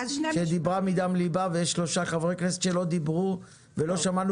שדיברה מדם ליבה ושלושה חברי הכנסת שלא דיברו ולא שמענו